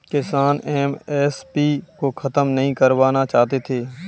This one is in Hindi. किसान एम.एस.पी को खत्म नहीं करवाना चाहते थे